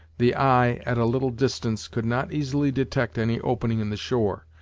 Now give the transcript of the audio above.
the eye, at a little distance, could not easily detect any opening in the shore,